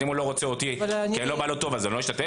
אם הוא לא רוצה אותי כי אני לא בא לו טוב אז אני לא אשתתף?